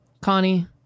Connie